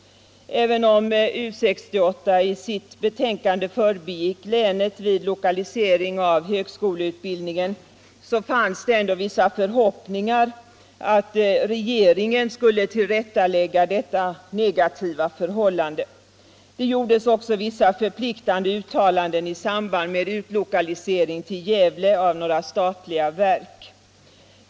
Även om U 68 i sitt betänkande förbigick länet vid lokalisering av högskoleutbildning, fanns det vissa förhoppningar att regeringen skulle tillrättalägga detta negativa förhållande. Det gjordes också vissa förpliktande uttalanden i samband med utlokalisering till Gävle av några statliga verk.